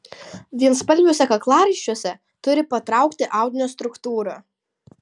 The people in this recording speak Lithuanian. vienspalviuose kaklaraiščiuose turi patraukti audinio struktūra